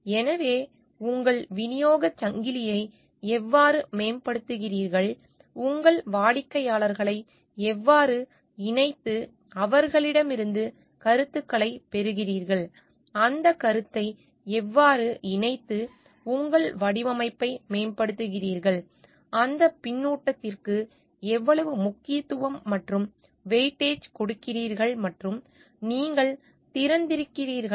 எனவே உங்கள் விநியோகச் சங்கிலியை எவ்வாறு மேம்படுத்துகிறீர்கள் உங்கள் வாடிக்கையாளர்களை எவ்வாறு இணைத்து அவர்களிடமிருந்து கருத்துக்களைப் பெறுகிறீர்கள் அந்தக் கருத்தை எவ்வாறு இணைத்து உங்கள் வடிவமைப்பை மேம்படுத்துகிறீர்கள் அந்த பின்னூட்டத்திற்கு எவ்வளவு முக்கியத்துவம் மற்றும் வெயிட்டேஜ் கொடுக்கிறீர்கள் மற்றும் நீங்கள் திறந்திருக்கிறீர்களா